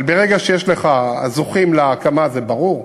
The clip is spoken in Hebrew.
אבל ברגע שיש לך זוכים להקמה זה ברור,